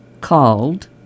called